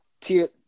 tier